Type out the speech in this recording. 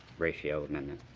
ratio amendment.